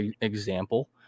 example –